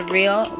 real